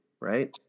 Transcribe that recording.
right